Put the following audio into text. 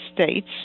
States